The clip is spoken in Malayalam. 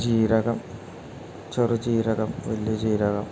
ജീരകം ചെറുജീരകം വലിയ ജീരകം